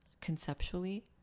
conceptually